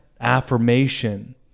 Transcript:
affirmation